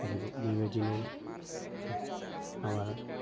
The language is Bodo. बेबादिनो माबा